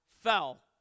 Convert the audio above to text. fell